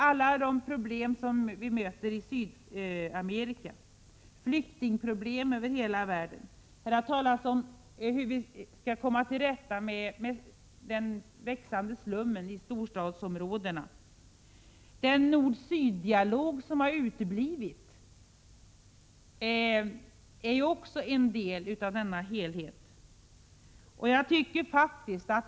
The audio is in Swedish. Vi möter också många problem i Sydamerika. Det finns flyktingproblem över hela världen. I debatten har det talats om hur vi skall komma till rätta med den växande slummen i storstadsområdena. Den nord-syd-dialog som har uteblivit är också en del av denna helhet.